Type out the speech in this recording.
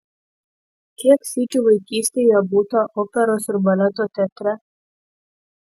kiek sykių vaikystėje būta operos ir baleto teatre